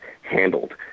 handled